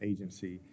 Agency